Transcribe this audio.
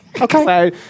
Okay